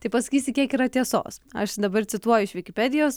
tai pasakysi kiek yra tiesos aš dabar cituoju iš vikipedijos